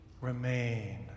remain